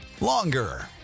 longer